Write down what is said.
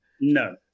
no